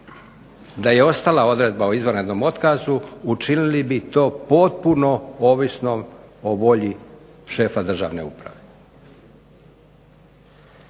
Da je ostala odredba o izvanrednom otkazu učinili bi to potpuno ovisnom o volji šefa državne uprave.